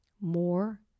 More